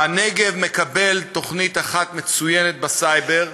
הנגב מקבל תוכנית אחת מצוינת בסייבר,